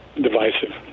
divisive